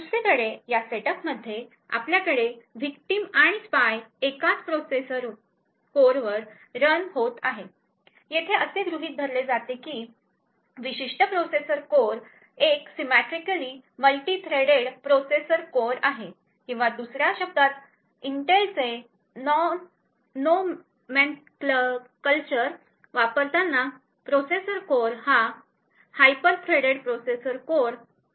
दुसरीकडे या सेटअपमध्ये आपल्याकडे विक्टिम आणि स्पाय एकाच प्रोसेसर कोअरवर रन होत आहे येथे असे गृहित धरले जाते की हे विशिष्ट प्रोसेसर कोअर एक symmetrically multi threaded processor core आहे किंवा दुसर्या शब्दात इंटेलचे nomenclature वापरताना प्रोसेसर कोअर हा हायपर थ्रेडेड प्रोसेसर कोअर आहे